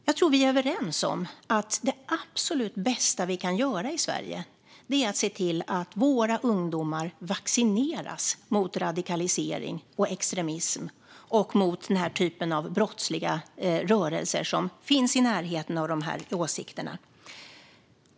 Jag tror att vi är överens om att det absolut bästa vi kan göra i Sverige är att se till att våra ungdomar vaccineras mot radikalisering och extremism och mot den typ av brottsliga rörelser som finns i närheten av de här åsikterna.